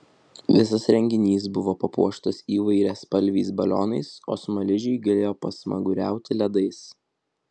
visas renginys buvo papuoštas įvairiaspalviais balionais o smaližiai galėjo pasmaguriauti ledais